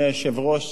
אדוני היושב-ראש,